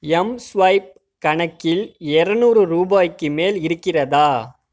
mSwipe கணக்கில் இரநூறு ரூபாய்க்கு மேல் இருக்கிறதா